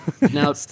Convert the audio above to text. now